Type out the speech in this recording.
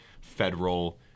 federal